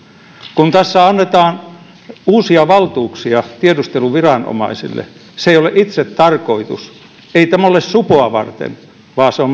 kun tässä annetaan uusia valtuuksia tiedusteluviranomaisille se ei ole itsetarkoitus ei tämä ole supoa varten vaan se on